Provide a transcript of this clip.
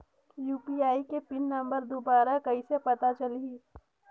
UPI के pin number दुबारा कइसे पता चलही?